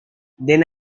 then